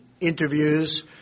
interviews